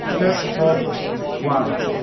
so so for quality,